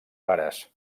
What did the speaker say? pares